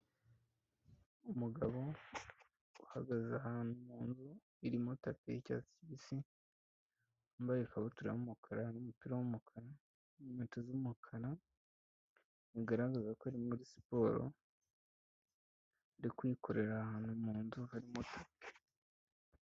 Umugabo uhagaze ahantu mu nzu, irimo tapi y'icyatsi kibisi. Yambaye ikabutura y'umukara n'umupira w'umukara, inkweto z'umukara, bigaragaza ko ari muri siporo, ari kuyikorera ahantu mu nzu harimo tapi.